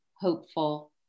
hopeful